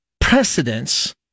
precedence